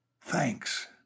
Thanks